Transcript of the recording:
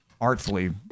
artfully